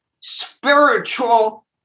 spiritual